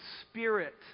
Spirit